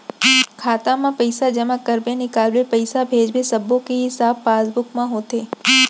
खाता म पइसा जमा करबे, निकालबे, पइसा भेजबे सब्बो के हिसाब पासबुक म होथे